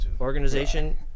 organization